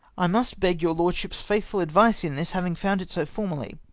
i must beg your lordship's faithful advice in this, having found it so formerly.